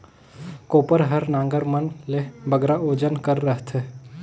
कोपर हर नांगर मन ले बगरा ओजन कर रहथे